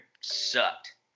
sucked